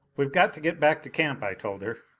we've got to get back to camp, i told her.